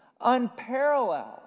Unparalleled